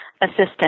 assistant